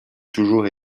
toujours